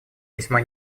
весьма